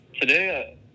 Today